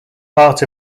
part